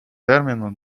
терміну